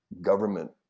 government